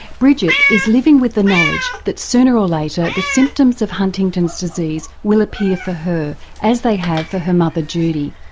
bridget is living with the knowledge that sooner or later the symptoms of huntington's disease will appear for her as they have for her mother, judy.